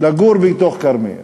למגורים בתוך כרמיאל.